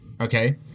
okay